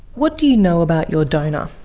what do you know about your donor?